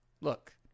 Look